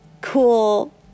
cool